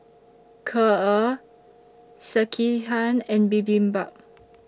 Kheer Sekihan and Bibimbap